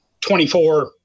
24